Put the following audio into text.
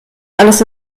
alles